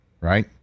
Right